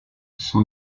son